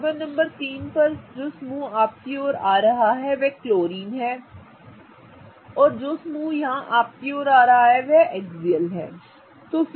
carbon number 3 पर अब जो समूह आपकी ओर आ रहा है वह क्लोरीन है और जो समूह यहां आपकी ओर आ रहा है वह एक्सियल समूह है ठीक है